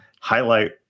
highlight